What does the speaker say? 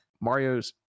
Mario's